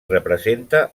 representa